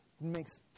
makes